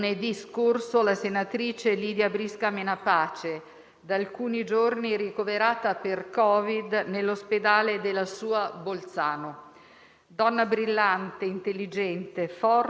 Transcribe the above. Donna brillante, intelligente, forte e di grande determinazione. La sua vita è stata il racconto emozionante di tante battaglie vissute da protagonista,